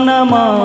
Nama